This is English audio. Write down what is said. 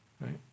right